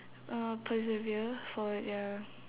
uh persevere for their